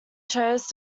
chose